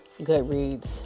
Goodreads